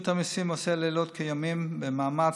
רשות המיסים עושה לילות כימים במאמץ